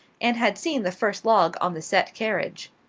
and had seen the first log on the set carriage.